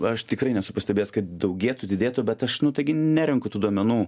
aš tikrai nesu pastebėjęs kad daugėtų didėtų bet aš nu taigi nerenku tų duomenų